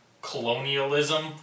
colonialism